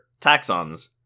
Taxons